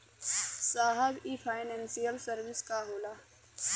साहब इ financial service का होला?